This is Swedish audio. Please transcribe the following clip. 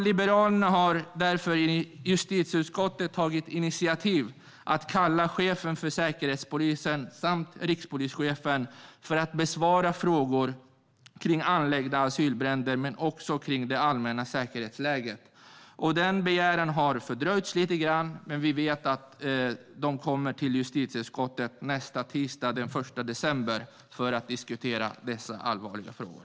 Liberalerna har därför i justitieutskottet tagit initiativ till att kalla chefen för Säkerhetspolisen samt rikspolischefen för att besvara frågor om anlagda bränder på asylboenden och om det allmänna säkerhetsläget. Den begäran har fördröjts lite grann, men vi vet att de kommer till justitieutskottet tisdagen den 1 december för att diskutera dessa allvarliga frågor.